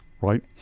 Right